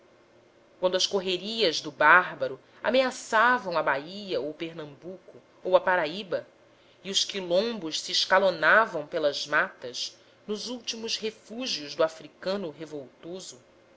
quando as correrias do bárbaro ameaçavam a bahia ou pernambuco ou a paraíba e os quilombos se escalonavam pelas matas nos últimos refúgios do africano revoltoso